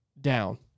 Down